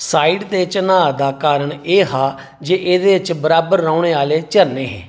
site दे चनांऽ दा कारण एह् हा जे एह्दे च बराबर रौह्ने आह्ले झरने हे